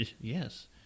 Yes